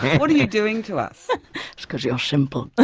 what are you doing to us? it's because you're simple. ah